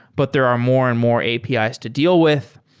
but there are more and more apis to deal with.